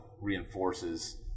reinforces